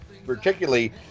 particularly